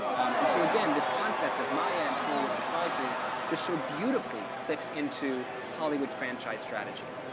and so again, this concept of maya and familiar surprises just so beautifully clicks into hollywood's franchise strategy,